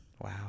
Wow